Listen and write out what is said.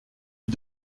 est